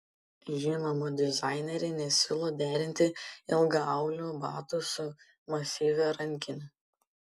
žinoma dizaineriai nesiūlo derinti ilgaaulių batų su masyvia rankine